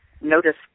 notice